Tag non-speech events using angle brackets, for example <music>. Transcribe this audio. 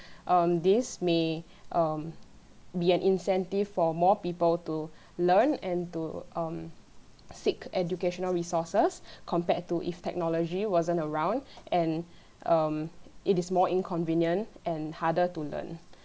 <breath> um this may <breath> um be an incentive for more people to <breath> learn and to um seek educational resources <breath> compared to if technology wasn't around <breath> and um it is more inconvenient and harder to learn